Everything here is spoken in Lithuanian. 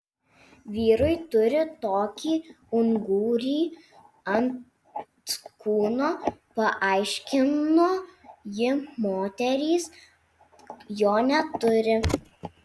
vyrai turi tokį ungurį ant kūno paaiškino ji moterys jo neturi